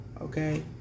Okay